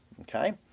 okay